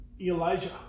Elijah